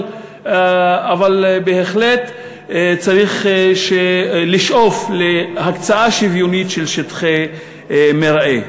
אבל בהחלט צריך לשאוף להקצאה שוויונית של שטח מרעה.